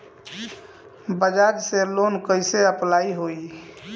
बज़ाज़ से लोन कइसे अप्लाई होई?